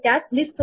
तर 10 हा आहे